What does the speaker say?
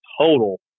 total